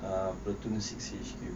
uh platoon six H_Q